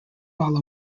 while